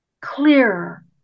clearer